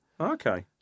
Okay